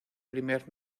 primer